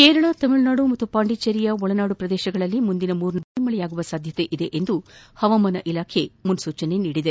ಕೇರಳ ತಮಿಳುನಾಡು ಮತ್ತು ಪಾಂಡಿಚೆರಿಯ ಒಳನಾಡು ಪ್ರದೇಶಗಳಲ್ಲಿ ಮುಂದಿನ ಮೂರ್ನಾಲ್ಕು ದಿನ ಭಾರಿ ಮಳೆಯಾಗುವ ಸಾಧ್ಯತೆ ಇದೆ ಎಂದು ಹವಾಮಾನ ಇಲಾಖೆ ಮುನ್ಪೂಚನೆ ನೀಡಿದೆ